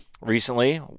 recently